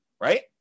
right